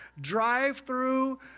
drive-through